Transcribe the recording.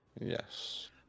yes